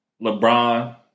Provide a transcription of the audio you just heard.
LeBron